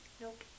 Nope